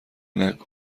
نکن